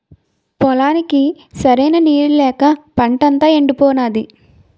పొలానికి సరైన నీళ్ళు లేక పంటంతా యెండిపోనాది